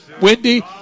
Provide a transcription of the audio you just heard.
Wendy